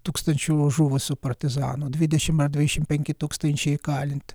tūkstančių žuvusių partizanų dvidešimt ar dvidešimt penki tūkstančiai įkalinti